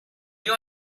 you